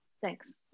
Thanks